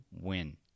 win